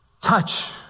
Touch